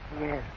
Yes